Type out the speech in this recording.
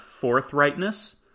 forthrightness